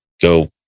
go